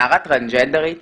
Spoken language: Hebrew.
נערה טרנסג'נדרית